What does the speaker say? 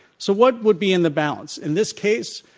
so, what would be in the balance? in this case,